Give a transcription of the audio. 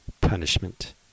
punishment